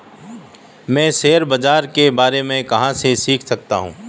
मैं शेयर बाज़ार के बारे में कहाँ से सीख सकता हूँ?